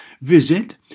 Visit